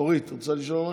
אורית, את רוצה לשאול משהו?